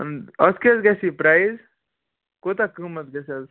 اَتھ کیٛاہ حظ گژھِ یہِ پرٛایِز کوتاہ قۭمَتھ گژھِ حظ